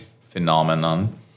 phenomenon